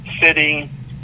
sitting